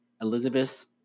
elizabeth